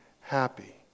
happy